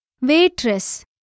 waitress